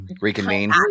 reconvene